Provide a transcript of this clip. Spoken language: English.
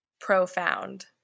profound